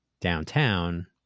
downtown